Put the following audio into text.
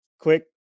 quick